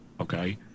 Okay